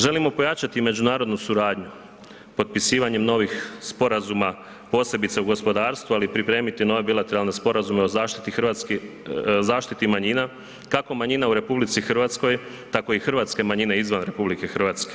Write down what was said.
Želimo pojačati međunarodnu suradnju potpisivanjem novih sporazuma, posebice u gospodarstvu, ali i pripremiti nove bilateralne sporazume o zaštitit manjina, kako manjina u RH, tako i hrvatske manjine izvan RH.